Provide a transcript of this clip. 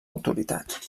autoritat